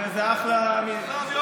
וזו אחלה מצווה.